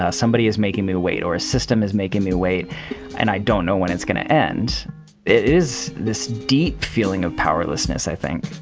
ah somebody is making me wait or a system is making me wait and i don't know when it's going to end. it is this deep feeling of powerlessness i think